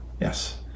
yes